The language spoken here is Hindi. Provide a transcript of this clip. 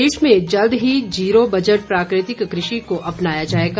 प्रदेश में जल्द ही जीरो बजट प्राकृतिक कृषि को अपनाया जाएगा